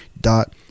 dot